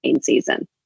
season